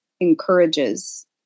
encourages